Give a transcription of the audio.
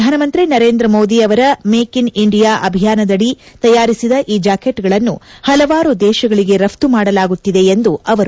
ಪ್ರಧಾನ ಮಂತ್ರಿ ನರೇಂದ್ರ ಮೋದಿ ಅವರ ಮೇಕ್ ಇನ್ ಇಂಡಿಯಾ ಅಭಿಯಾನದಡಿಯಲ್ಲಿ ತಯಾರಿಸಿದ ಈ ಜಾಕೆಟ್ಗಳನ್ನು ಪಲವಾರು ದೇಶಗಳಿಗೆ ರಫ್ತು ಮಾಡಲಾಗುತ್ತಿದೆ ಎಂದರು